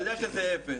אני יודע שזה אפס.